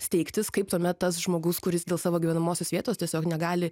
steigtis kaip tame tas žmogus kuris dėl savo gyvenamosios vietos tiesiog negali